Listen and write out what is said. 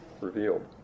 revealed